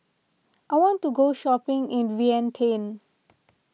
I want to go shopping in Vientiane